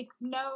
No